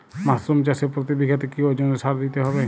Mushroom চাষে প্রতি বিঘাতে কি ওজনে সার দিতে হবে?